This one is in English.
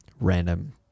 random